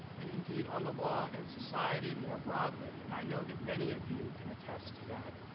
and indeed on the law and society more broadly. and i know that many of you can attest to that,